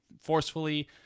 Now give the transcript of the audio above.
forcefully